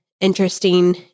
interesting